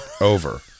Over